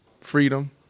Freedom